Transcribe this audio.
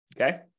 Okay